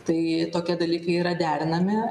tai tokie dalykai yra derinami